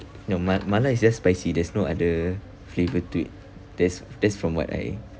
no ma~ mala is just spicy there's no other flavour to it there's there's from what I